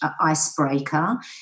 icebreaker